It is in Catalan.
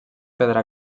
pedra